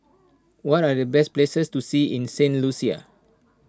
what are the best places to see in Saint Lucia